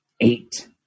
Eight